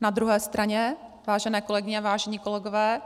Na druhé straně, vážené kolegyně a vážení kolegové,